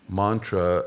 mantra